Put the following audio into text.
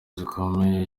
zikomeye